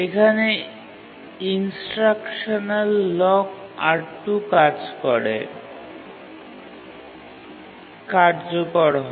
এখানে instruction lock R2 কার্যকর হয়